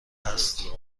است